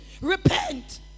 Repent